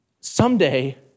someday